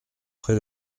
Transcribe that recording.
près